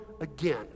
again